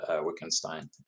Wittgenstein